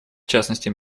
частности